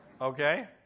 Okay